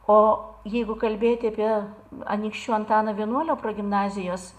o jeigu kalbėti apie anykščių antano vienuolio progimnazijos